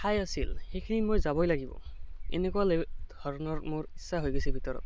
ঠাই আছিল সেইখিনিত মই যাবই লাগিব এনেকুৱা ধৰণৰ মোৰ ইচ্ছা হৈ গৈছিল ভিতৰত